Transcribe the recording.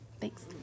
Thanks